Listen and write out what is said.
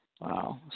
Wow